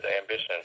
ambition